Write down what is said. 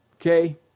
okay